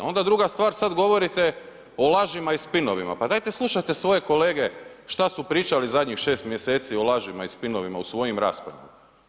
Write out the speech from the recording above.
Onda druga stvar, sad govorite o lažima i spinovima, pa dajte slušajte svoje kolege što su pričali zadnjih 6 mjeseci o lažima i spinovima u svojim raspravama?